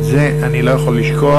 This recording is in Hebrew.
את זה אני לא יכול לשכוח.